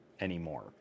anymore